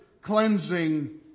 cleansing